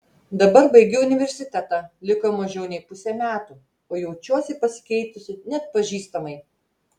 dabar baigiu universitetą liko mažiau nei pusė metų o jaučiuosi pasikeitusi neatpažįstamai